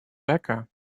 becca